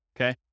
Okay